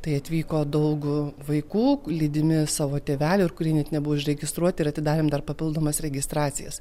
tai atvyko daugų vaikų lydimi savo tėvelių ir kurie net nebuvo užregistruoti ir atidarėm dar papildomas registracijas